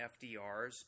FDRs